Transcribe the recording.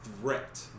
threat